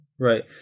Right